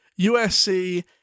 USC